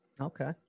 Okay